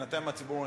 בינתיים הציבור משלם,